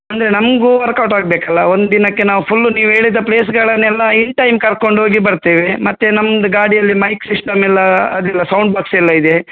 ಅಂದರೆ ನಮಗು ವರ್ಕೌಟ್ ಆಗಬೇಕಲ್ಲ ಒಂದು ದಿನಕ್ಕೆ ನಾವು ಫುಲ್ ನೀವು ಹೇಳಿದ ಪ್ಲೇಸ್ಗಳನ್ನೆಲ್ಲ ಇನ್ನು ಟೈಮ್ ಕರ್ಕೊಂಡು ಹೋಗಿ ಬರ್ತೇವೆ ಮತ್ತೆ ನಮ್ದು ಗಾಡಿಯಲ್ಲಿ ಮೈಕ್ ಸಿಸ್ಟಮ್ ಎಲ್ಲ ಅದಿಲ್ಲ ಸೌಂಡ್ ಬಾಕ್ಸ್ ಎಲ್ಲ ಇದೆ